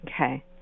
Okay